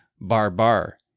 barbar